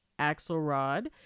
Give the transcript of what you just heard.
Axelrod